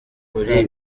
kuri